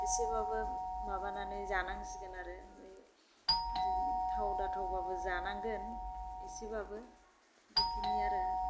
एसेबाबो माबानानै जानांसिगोन आरो थाव दाथावबाबो जानांगोन एसेबाबो बेखिनि आरो